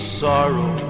sorrow